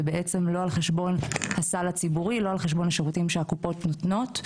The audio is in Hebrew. ולא על חשבון הסל הציבורי והשירותים שהקופות נותנות,